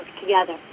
together